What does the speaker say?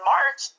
March